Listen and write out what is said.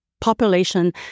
Population